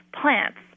plants